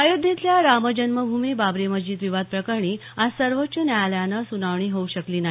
अयोध्येतल्या रामजन्मभूमी बाबरी मशीद विवाद प्रकरणी आज सर्वोच्च न्यायालयात सुनावणी होऊ शकली नाही